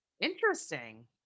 Interesting